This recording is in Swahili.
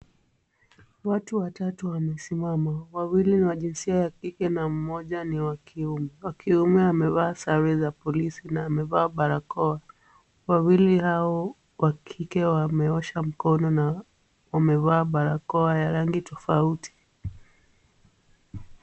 Watu watatu wamesimama. Wawili ni wa jinsia ya kike na mmoja ni wa kiume. Wa kiume amevaa sare za polisi na amevaa barakoa. Wawili hao wa kike wameosha mkono na wamevaa barakoa ya rangi tofauti.